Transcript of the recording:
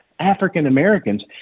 African-Americans